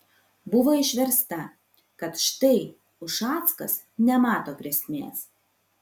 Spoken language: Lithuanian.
buvo išversta kad štai ušackas nemato grėsmės